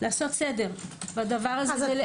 סדר בזה.